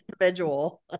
individual